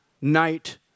night